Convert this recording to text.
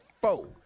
four